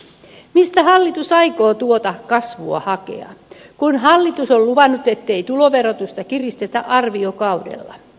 mistä hallitus aikoo tuota kasvua hakea kun hallitus on luvannut ettei tuloverotusta kiristetä arviokaudella